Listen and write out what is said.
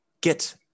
get